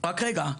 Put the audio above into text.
רק רגע.